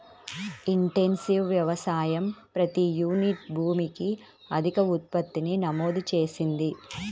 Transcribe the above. intensive వ్యవసాయం ప్రతి unit భూమికి అధిక ఉత్పత్తిని నమోదు చేసింది